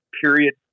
period